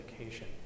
education